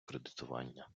кредитування